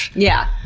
yeah,